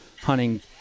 hunting